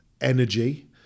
energy